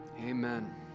Amen